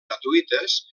gratuïtes